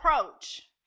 approach